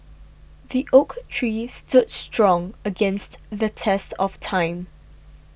the oak tree stood strong against the test of time